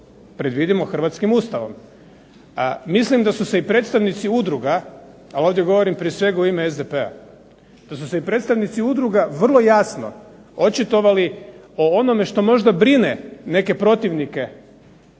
predvidimo hrvatskim Ustavom. Mislim da su se i predstavnici udruga, ovdje govorim prije svega u ime SDP-a, da su se predstavnici udruga vrlo jasno očitovali o onome što možda brine neke protivnike